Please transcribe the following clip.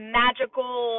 magical